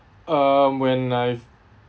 um when I've